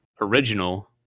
original